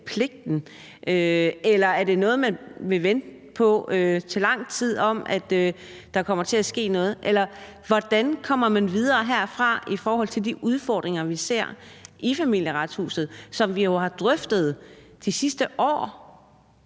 eller om det er noget, man vil vente lang tid på der kommer til at ske noget med. Eller hvordan kommer man videre herfra i forhold til de udfordringer, vi ser i Familieretshuset, og som vi jo har drøftet de sidste år?